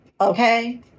okay